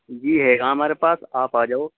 جی ہے گا ہمارے پاس آپ آ جاؤ